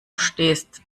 stehst